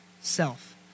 self